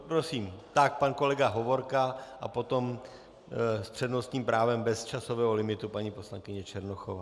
Prosím, pan kolega Hovorka a potom s přednostním právem bez časového limitu paní poslankyně Černochová.